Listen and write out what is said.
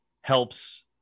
helps